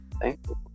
thankful